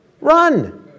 run